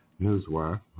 Newswire